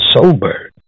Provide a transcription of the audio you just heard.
sober